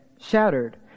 shattered